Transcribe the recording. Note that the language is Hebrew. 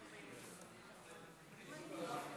תודה רבה,